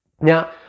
now